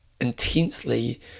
intensely